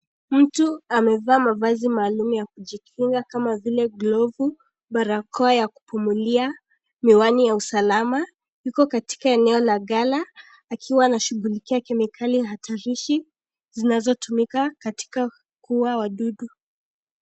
Mtu amevaa mavazi maalum ya kujikinga kama vile glovu, barakoa ya kupumulia, miwani ya usalama yuko katika eneo la gala, akiwa anashughulikia kemikali hatarishi zinazotumika katika kuua wadudu.